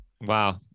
wow